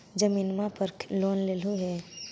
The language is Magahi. जमीनवा पर लोन लेलहु हे?